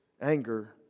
anger